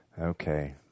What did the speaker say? Okay